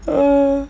oh